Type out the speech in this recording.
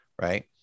right